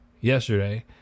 yesterday